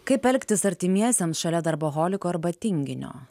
kaip elgtis artimiesiems šalia darboholiko arba tinginio